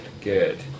good